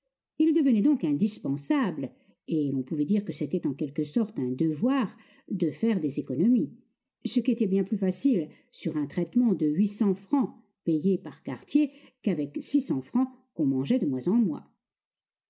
il devenait donc indispensable et l'on pouvait dire que c'était en quelque sorte un devoir de faire des économies ce qui était bien plus facile sur un traitement de huit cents francs payés par quartier qu'avec six cents francs qu'on mangeait de mois en mois